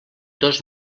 dos